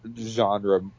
genre